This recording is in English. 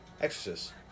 Exorcist